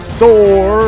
Thor